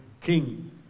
king